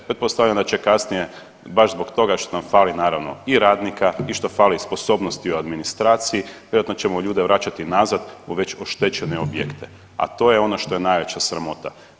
Pretpostavljam da će kasnije baš zbog toga što nam fali naravno i radnika i što fali sposobnosti u administraciji vjerojatno ćemo ljude vraćati nazad u već oštećene objekte, a to je ono što je najveća sramota.